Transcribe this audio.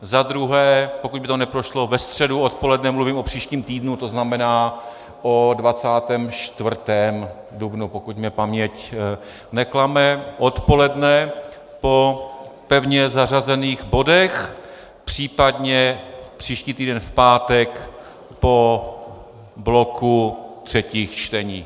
Zadruhé, pokud by to neprošlo ve středu dopoledne, mluvím o příštím týdnu, to znamená o 24. dubnu, pokud mě paměť neklame, odpoledne po pevně zařazených bodech, případně příští týden v pátek po bloku třetích čtení.